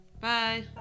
Bye